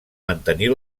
mantenir